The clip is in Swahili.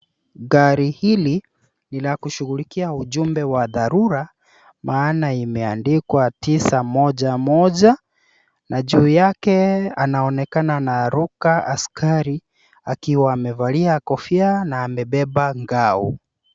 Gari hili ni la kushughulikia ujumbe wa dharura maana imeandikwa tisa moja moja na juu yake anaonekana anaruka askari akiwa amevalia kofia na amebeba ngao.